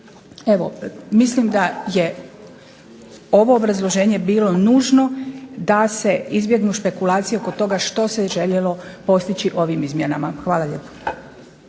Evo, mislim da je ovo obrazloženje bilo nužno da se izbjegnu špekulacije oko toga što se željelo postići ovim izmjenama. Hvala lijepo.